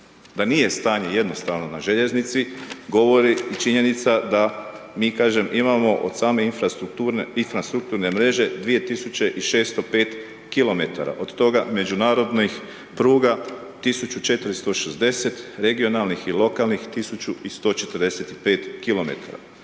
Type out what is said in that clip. Da nije stanje jednostavno na željeznici, govori i činjenica da mi, kažem, imamo od same infrastrukturne mreže 2605 km, od toga međunarodnih pruga 1460, regionalnih i lokalnih 1145 km.